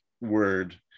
word